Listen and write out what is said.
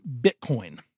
Bitcoin